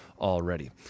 already